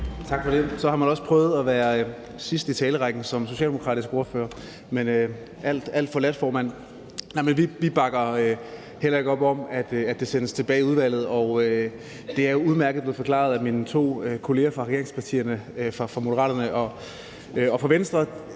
Tak for det. Så har man også prøvet at være sidst i talerrækken som socialdemokratisk ordfører. Men alt forladt, formand. Vi bakker heller ikke op om, at det sendes tilbage i udvalget. Det er blevet udmærket forklaret af mine to kolleger fra regeringspartierne, fra Moderaterne og fra Venstre.